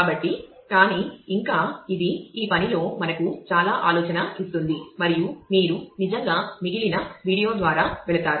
కాబట్టి కానీ ఇంకా ఇది ఈ పనిలో మనకు చాలా ఆలోచన ఇస్తుంది మరియు మీరు నిజంగా మిగిలిన వీడియో ద్వారా వెళతారు